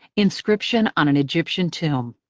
inscription on an egyptian tomb.